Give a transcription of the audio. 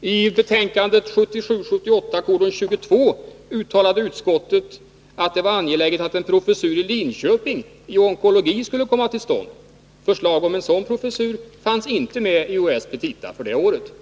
I betänkande 1977/78:22 uttalade utskottet att det var angeläget att en professur i onkologi i Linköping skulle komma till stånd. Förslag om en sådan professur fanns inte med i UHÄ:s petita för det året.